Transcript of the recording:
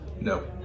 no